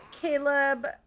Caleb